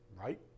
right